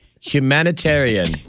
humanitarian